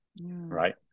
right